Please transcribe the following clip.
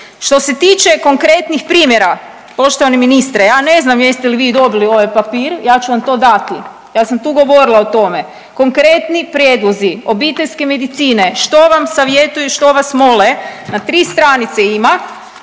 Što se tiče konkretnih primjera, poštovani ministre ja ne znam jeste li vi dobili ovaj papir, ja ću vam to dati, ja sam tu govorila o tome, konkretni prijedlozi obiteljske medicine, što vam savjetuju, što vas mole na tri stranice ima,